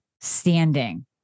standing